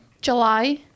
July